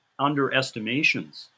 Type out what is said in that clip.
underestimations